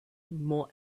more